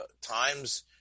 times